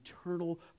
eternal